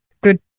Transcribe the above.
good